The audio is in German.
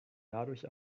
dadurch